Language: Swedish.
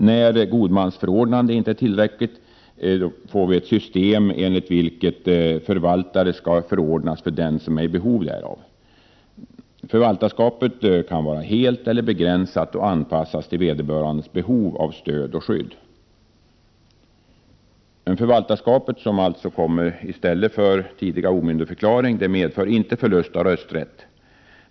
När godmansförordnande inte är tillräckligt skall, som redan har framhållits, förvaltare förordnas för den som är i behov därav. Förvaltarskapet kan vara helt eller begränsat och skall anpassas till vederbörandes behov av stöd och skydd. Förvaltarskapet — som alltså kommer i stället för tidigare omyndigförklaring — medför inte förlust av rösträtt.